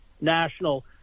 National